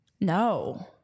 No